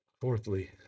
Fourthly